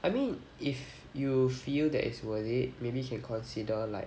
I mean if you feel that it's worth it maybe can consider like